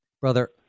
Brother